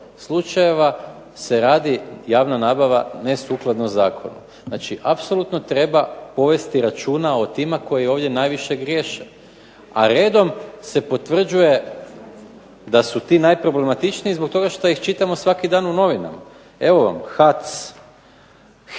slučajeva se radi javna nabava nesukladno zakonu. Znači, apsolutno treba povesti računa o tim koji ovdje najviše griješe, a redom se potvrđuje da su ti najproblematičniji zbog toga što ih čitamo svaki dan u novinama. Evo vam, HAC, HEP,